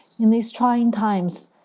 in these trying times,